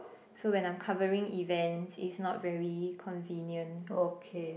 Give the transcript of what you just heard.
so when I'm covering events it's not very convenient